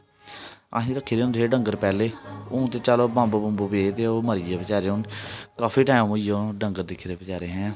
असें रक्खे दे होंदे हे डंगर पैह्लें हून ते चल बम्ब बूम्ब पे ते ओह् मरी गे बचारे हून काफी टैम होइया हून डंगर दिक्खे दे बचारे ऐं